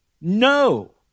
No